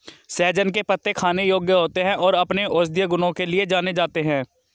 सहजन के पत्ते खाने योग्य होते हैं और अपने औषधीय गुणों के लिए जाने जाते हैं